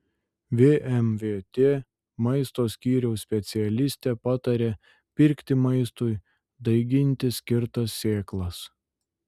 vmvt maisto skyriaus specialistė pataria pirkti maistui daiginti skirtas sėklas